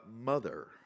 mother